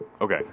Okay